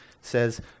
says